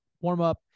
warm-up